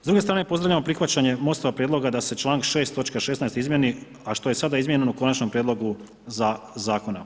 S druge strane pozdravljamo prihvaćanje Mostovog prijedlog da se članak 6. točka 16. izmijeni, a što je sada izmijenjeno u Konačnom prijedlogu zakona.